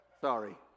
Sorry